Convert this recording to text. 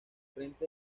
frente